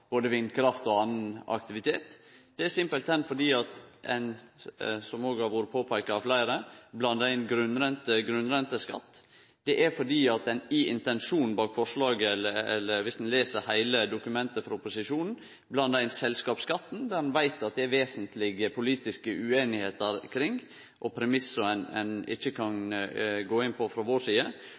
både vindkraft og annan aktivitet. Det er rett og slett fordi ein, som det òg har blitt påpeika av fleire, blandar inn grunnrente og grunnrenteskatt. Det er fordi ein i intensjonen bak forslaget – viss ein les heile dokumentet frå opposisjonen – blandar inn selskapsskatten, som ein veit at det er vesentleg politisk usemje kring, og premissar som ein ikkje kan gå inn på frå vår side.